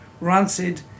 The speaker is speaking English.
Rancid